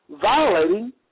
violating